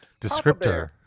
descriptor